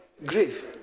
Grave